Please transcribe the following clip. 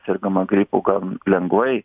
sergama gripu gan lengvai